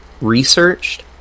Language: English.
researched